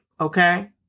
Okay